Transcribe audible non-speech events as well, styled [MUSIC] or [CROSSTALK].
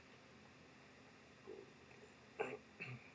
[COUGHS]